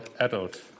adult